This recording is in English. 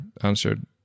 answered